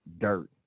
dirt